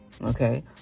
okay